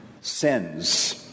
sins